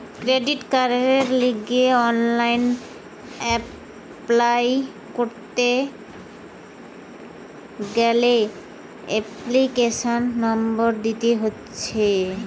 credit কার্ডের লিগে online apply করতি গ্যালে এপ্লিকেশনের নম্বর দিতে হতিছে